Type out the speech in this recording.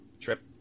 trip